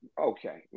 okay